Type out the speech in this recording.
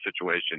situation